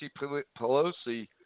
Pelosi